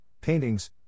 paintings